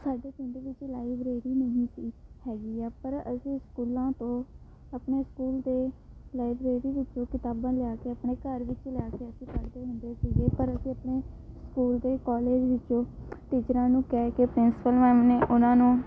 ਸਾਡੇ ਪਿੰਡ ਵਿੱਚ ਲਾਇਬ੍ਰੇਰੀ ਨਹੀਂ ਸੀ ਹੈਗੀ ਆ ਪਰ ਅਸੀਂ ਸਕੂਲਾਂ ਤੋਂ ਆਪਣੇ ਸਕੂਲ ਅਤੇ ਲਾਈਬ੍ਰੇਰੀ ਵਿੱਚੋਂ ਕਿਤਾਬਾਂ ਲਿਆ ਕੇ ਆਪਣੇ ਘਰ ਵਿੱਚ ਲੈ ਕੇ ਅਸੀਂ ਪੜ੍ਹਦੇ ਹੁੰਦੇ ਸੀਗੇ ਪਰ ਅਸੀਂ ਆਪਣੇ ਸਕੂਲ ਅਤੇ ਕੋਲੇਜ ਵਿੱਚੋਂ ਟੀਚਰਾਂ ਨੂੰ ਕਹਿ ਕੇ ਪ੍ਰਿੰਸੀਪਲ ਮੈਮ ਨੇ ਉਹਨਾਂ ਨੂੰ